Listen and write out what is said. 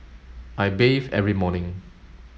I bathe every morning